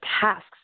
tasks